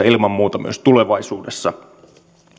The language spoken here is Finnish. ilman muuta myös tulevaisuudessa